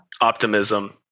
optimism